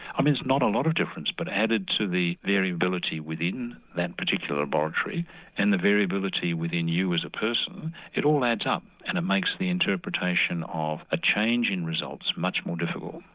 i mean it's not a lot of difference but added to the variability within that particular laboratory and the variability within you as a person it all adds up and it makes the interpretation of a change in results much more difficult.